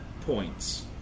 points